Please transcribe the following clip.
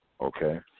Okay